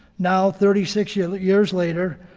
now, thirty six years years later,